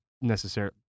necessary